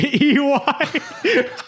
E-Y